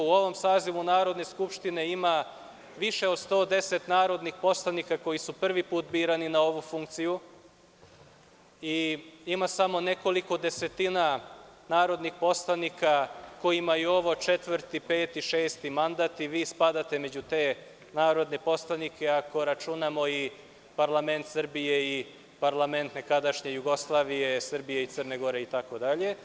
U ovom sazivu Narodne skupštine ima više od 110 narodnih poslanika koji su prvi put birani na ovu funkciju i ima samo nekoliko desetina narodnih poslanika kojima je ovo četvrti, peti, šesti mandat i vi spadate među te narodne poslanike, ako računamo i parlament Srbije i parlament nekadašnje Jugoslavije, Srbije i Crne Gore, itd.